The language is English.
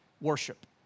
worship